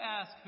ask